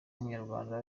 umunyarwanda